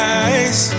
eyes